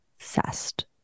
obsessed